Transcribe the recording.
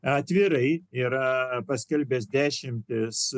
atvirai yra paskelbęs dešimtis